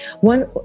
one